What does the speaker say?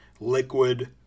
liquid